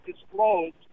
disclosed